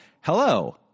Hello